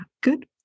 Good